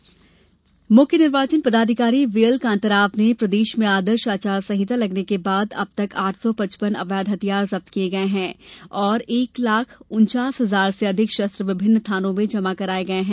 सम्पत्ति विरूपण मुख्य निर्वाचन पदाधिकारी वीएल कांताराव ने बताया कि प्रदेश में आदर्श आचार संहिता लगने के बाद अबतक आठ सौ पचपन अवैध हथियार जब्त किये गये हैं और एक लाख उन्चास हजार से अधिक शस्त्र विभिन्न थानों में जमा कराये गये हैं